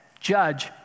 judge